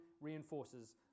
reinforces